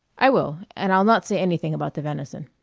i will and i'll not say any thing about the venison.